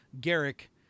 Garrick